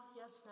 yes